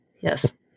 Yes